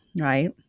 right